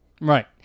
Right